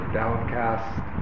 downcast